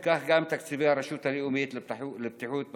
וכך גם תקציבי הרשות הלאומית לבטיחות בדרכים.